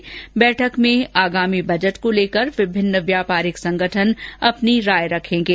र्बैठक में आगामी बजट को लेकर विभिन्न व्यापारिक संगठन अपनी राय रखेंगे